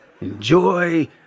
Enjoy